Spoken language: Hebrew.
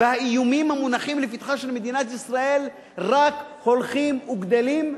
והאיומים המונחים לפתחה של מדינת ישראל רק הולכים וגדלים.